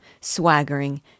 swaggering